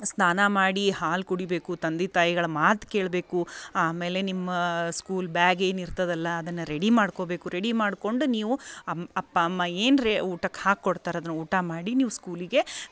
ಸ್ನಾನ ಮಾಡಿ ಹಾಲು ಕುಡಿಬೇಕು ತಂದೆ ತಾಯಿಗಳು ಮಾತು ಕೇಳಬೇಕು ಆಮೇಲೆ ನಿಮ್ಮ ಸ್ಕೂಲ್ ಬ್ಯಾಗ್ ಏನು ಇರ್ತಾದಲ್ಲ ಅದನ್ನ ರೆಡಿ ಮಾಡ್ಕೋಬೇಕು ರೆಡಿ ಮಾಡ್ಕೊಂಡು ನೀವು ಅಮ್ಮ ಅಪ್ಪ ಅಮ್ಮ ಏನ್ರಿ ಊಟಕ್ಕೆ ಹಾಕೊಡ್ತಾರೆ ಅದನ್ನ ಊಟ ಮಾಡಿ ನೀವು ಸ್ಕೂಲಿಗೆ